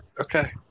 Okay